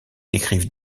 décrivent